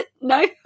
No